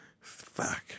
Fuck